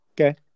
Okay